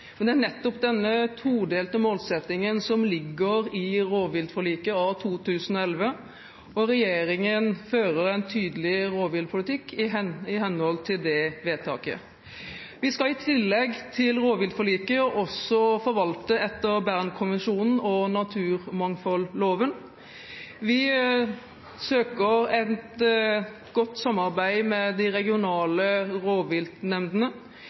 Men det er nettopp denne todelte målsettingen som ligger i rovviltforliket av 2011, og regjeringen fører en tydelig rovviltpolitikk i henhold til det vedtaket. Vi skal i tillegg til rovviltforliket også forvalte etter Bernkonvensjonen og naturmangfoldloven. Vi søker et godt samarbeid med de